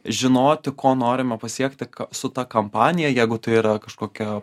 žinoti ko norima pasiekti su ta kampanija jeigu tai yra kažkokia